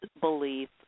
belief